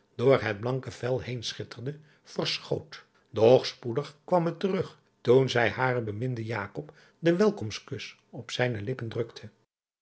door het blanke vel heen schitterde verschoot doch spoedig kwam het terug toen zij haren beminden den welkomkus op zijne lippen drukte